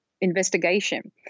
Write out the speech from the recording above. investigation